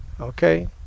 Okay